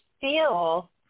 feel